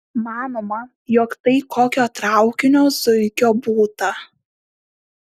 manoma jog tai kokio traukinio zuikio būta